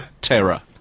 terror